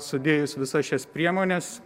sudėjus visas šias priemones